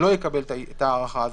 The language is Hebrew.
שלא יקבל את ההארכה הזאת,